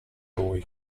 lui